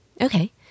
Okay